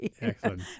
Excellent